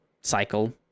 cycle